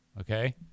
Okay